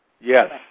Yes